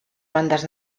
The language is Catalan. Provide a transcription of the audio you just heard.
bandes